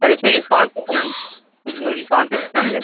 سر اِس میں ڈسکاؤنٹ کتنا اِس میں ڈسکاؤنٹ کتنا دیا ہے